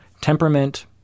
temperament